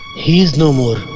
he is not